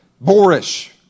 Boorish